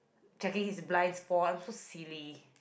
checking his blind spot I am so silly